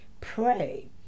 pray